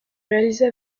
réalisés